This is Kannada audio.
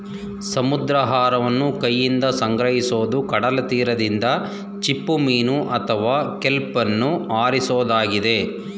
ಸಮುದ್ರಾಹಾರವನ್ನು ಕೈಯಿಂದ ಸಂಗ್ರಹಿಸೋದು ಕಡಲತೀರದಿಂದ ಚಿಪ್ಪುಮೀನು ಅಥವಾ ಕೆಲ್ಪನ್ನು ಆರಿಸೋದಾಗಿದೆ